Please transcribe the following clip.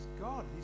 God